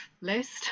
list